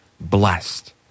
blessed